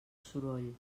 soroll